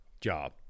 job